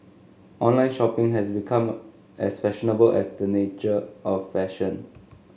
online shopping has become as fashionable as the nature of fashion